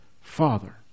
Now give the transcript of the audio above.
father